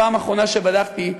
ובפעם האחרונה שבדקתי,